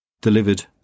delivered